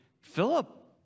Philip